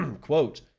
Quote